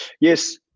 yes